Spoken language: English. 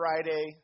Friday